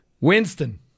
Winston